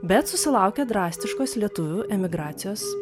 bet susilaukė drastiškos lietuvių emigracijos